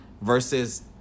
versus